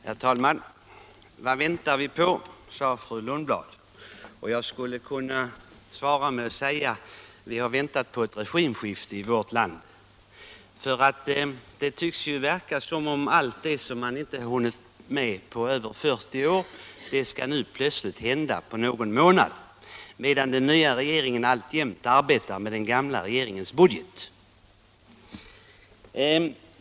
Herr talman! Vad väntar vi på, frågade fru Lundblad. Jag skulle kunna svara med att säga att vi har väntat på ett regimskifte i vårt land. Det tycks som om allt det som man inte hunnit med på över 40 år nu plötsligt skall hända på någon månad, medan den nya regeringen alltjämt arbetar med den gamla regeringens budget.